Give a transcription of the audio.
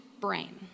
brain